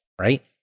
right